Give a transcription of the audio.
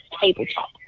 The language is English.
tabletop